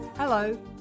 Hello